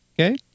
okay